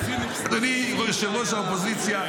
אדוני יושב-ראש האופוזיציה,